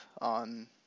on